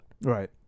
Right